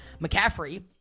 McCaffrey